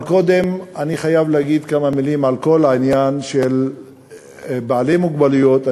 אבל קודם אני חייב להגיד כמה מילים על כל העניין של בעלי מוגבלויות.